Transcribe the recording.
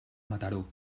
mataró